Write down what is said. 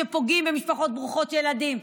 שפוגע במשפחות ברוכות ילדים,